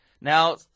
Now